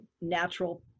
natural